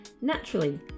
naturally